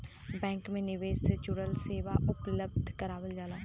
bank में निवेश से जुड़ल सेवा उपलब्ध करावल जाला